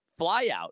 flyout